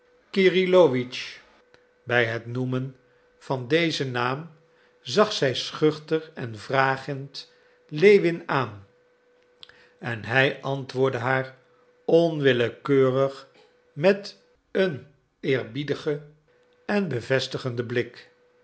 kyrilowitsch bij het noemen van dezen naam zag zij schuchter en vragend lewin aan en hij antwoordde haar onwillekeurig met een eerbiedigen en bevestigenden blik